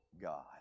God